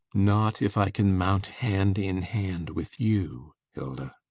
not if i can mount hand in hand with you, hilda.